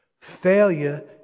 Failure